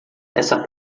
essa